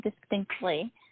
distinctly